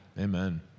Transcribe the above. Amen